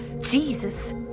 Jesus